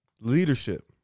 leadership